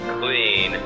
clean